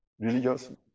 religious